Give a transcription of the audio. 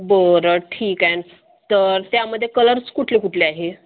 बरं ठीक आहे तर त्यामध्ये कलर्स कुठले कुठले आहे